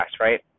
right